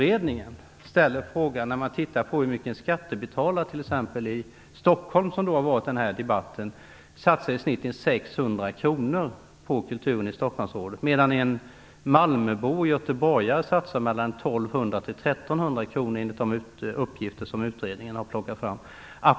En skattebetalare i exempelvis Stockholm, som har tagits upp i debatten, satsar i genomsnitt 600 kronor på kulturen i Stockholmsområdet medan en malmöbo och en göteborgare satsar 1 200-1 300 kronor enligt de uppgifter som utredningen har tagit fram.